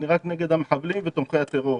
אני רק נגד המחבלים ותומכי הטרור.